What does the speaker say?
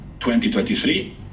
2023